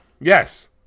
Yes